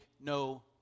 no